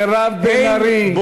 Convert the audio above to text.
חברת הכנסת מירב בן ארי.